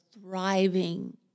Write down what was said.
thriving